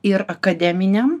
ir akademiniam